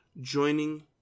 joining